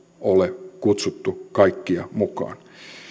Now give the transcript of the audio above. ole kutsuttu kaikkia mukaan